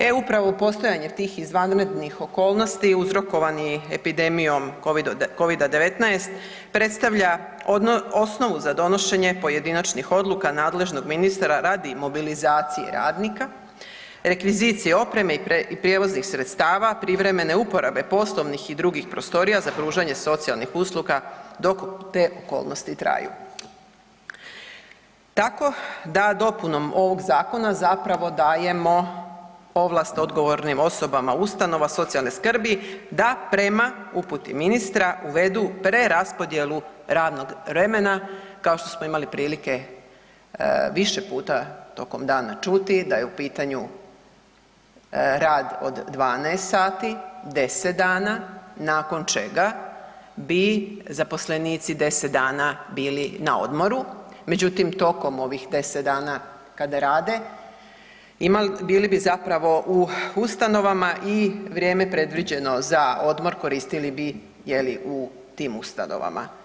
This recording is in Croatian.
E upravo postojanje tih izvanrednih okolnosti uzrokovanih epidemijom Covid-19 predstavlja osnovu za donošenje pojedinačnih odluka nadležnog ministra radi imobilizacije radnika, rekvizicije opreme i prijevoznih sredstava, privremene uporabe poslovnih i drugih prostorija za pružanje socijalnih usluga dok te okolnosti traju, tako da dopunom ovog zakona zapravo dajemo ovlast odgovornim osobama ustanova socijalne skrbi da prema uputi ministra uvedu preraspodjelu radnog vremena, kao što smo imali prilike više puta tokom dana čuti da je u pitanju rad od 12 sati 10 dana nakon čega bi zaposlenici 10 dana bili na odmoru, međutim tokom ovih 10 dana kada rade bili bi zapravo u ustanovama i vrijeme predviđeno za odmor koristili bi je li u tim ustanovama.